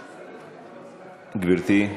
גברתי.